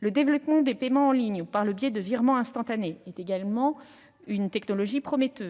Le développement du paiement en ligne ou du paiement par le biais de virements instantanés est également prometteur.